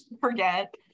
forget